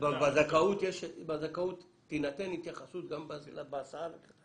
בזכאות תינתן התייחסות גם להסעה?